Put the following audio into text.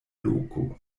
loko